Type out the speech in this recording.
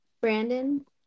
Brandon